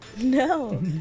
No